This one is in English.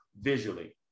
visually